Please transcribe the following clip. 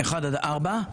1-4,